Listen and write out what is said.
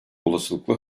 olasılıkla